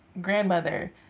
grandmother